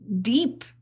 deep